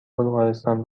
بلغارستان